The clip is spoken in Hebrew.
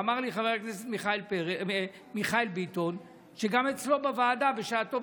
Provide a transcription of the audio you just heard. אמר לי חבר הכנסת מיכאל ביטון שגם אצלו בוועדה בשעתו,